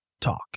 talk